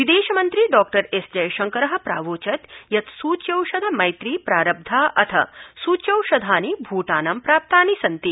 विदेशमन्त्री Dr S Jaishankar प्रावोचत् यत् सूच्यौषधमैत्री प्रारब्धा अथ सूच्यौषधानि भूटानं प्राप्तानि सन्ति